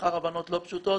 לאחר הבנות לא פשוטות.